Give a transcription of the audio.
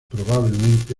probablemente